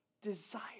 desire